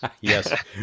Yes